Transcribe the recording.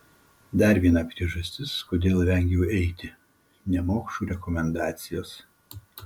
dar viena priežastis kodėl vengiau eiti nemokšų rekomendacijos